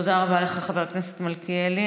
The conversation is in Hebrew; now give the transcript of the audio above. תודה רבה לך, חבר הכנסת מלכיאלי.